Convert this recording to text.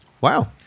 Wow